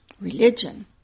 religion